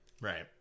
Right